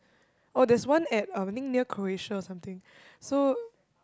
oh there's one at I think near Qureshian or something so